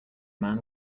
man